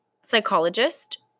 psychologist